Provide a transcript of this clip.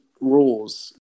rules